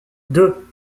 deux